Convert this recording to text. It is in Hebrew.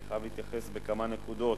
אני חייב להתייחס בכמה נקודות.